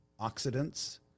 oxidants